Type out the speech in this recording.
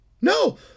No